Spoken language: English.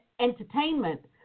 entertainment